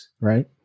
Right